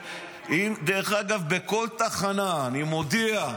דרך אגב, בכל תחנה אני מודיע: